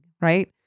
Right